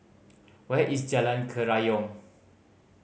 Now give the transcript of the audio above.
where is Jalan Kerayong